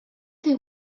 fer